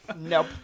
Nope